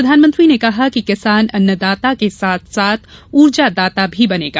प्रधानमंत्री ने कहा कि किसान अन्नदाता के साथ साथ ऊर्जादाता भी बनेगा